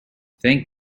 thank